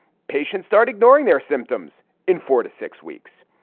patients start ignoring their symptoms in four to six weeks.